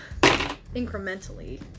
incrementally